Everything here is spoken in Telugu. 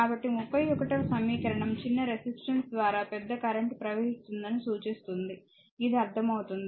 కాబట్టి 31వ సమీకరణం చిన్న రెసిస్టెన్స్ ద్వారా పెద్ద కరెంట్ ప్రవహిస్తుందని అని సూచిస్తుంది ఇది అర్థమవుతుంది